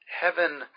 Heaven